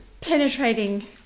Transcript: penetrating